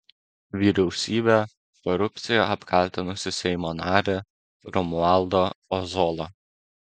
vyriausybę korupcija apkaltinusį seimo narį romualdą ozolą